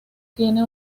tiene